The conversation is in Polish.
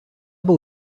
był